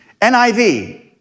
NIV